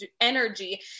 energy